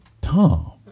Tom